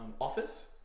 Office